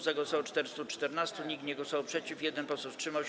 Za głosowało 414, nikt nie głosował przeciw, 1 poseł wstrzymał się.